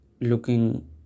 looking